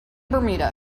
bermuda